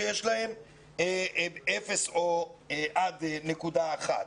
יש להם אפס עד נקודה אחת.